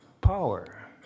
power